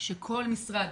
שכל משרד